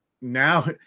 now